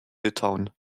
litauen